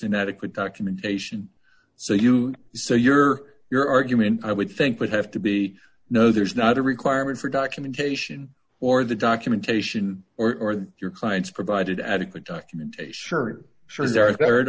inadequate documentation so you so your your argument i would think would have to be no there's not a requirement for documentation or the documentation or your clients provided adequate documentation shirt sure the